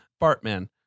Bartman